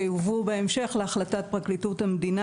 ויובאו בהמשך להחלטת פרקליטות המדינה